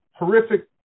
horrific